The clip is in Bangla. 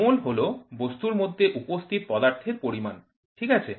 মোল হল বস্তুর মধ্যে উপস্থিতি পদার্থের পরিমাণ ঠিক আছে